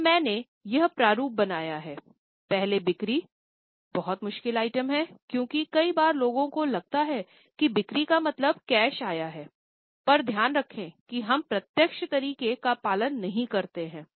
तो मैंने यह प्रारूप बनाया है पहले बिक्री बहुत मुश्किल आइटम है क्योंकि कई बार लोगों को लगता है कि बिक्री का मतलब कैश आया हैपर ध्यान रखें कि हम प्रत्यक्ष तरीका का पालन नहीं करते हैं